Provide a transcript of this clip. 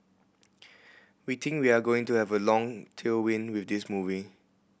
we think we are going to have a long tailwind with this movie